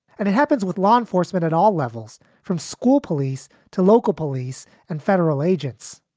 and it happens with law enforcement at all levels, from school police to local police and federal agents.